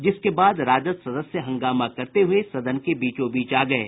जिसके बाद राजद सदस्य हंगामा करते हुए सदन के बीचो बीच आ गये